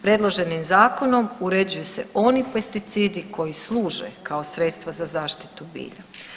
Predloženim zakonom uređuju se oni pesticidi koji služe kao sredstva za zaštitu bilja.